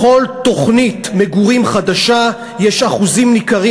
בכל תוכנית מגורים חדשה יש אחוזים ניכרים,